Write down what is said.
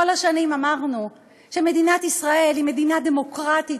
כל השנים אמרנו שמדינת ישראל היא מדינה דמוקרטית,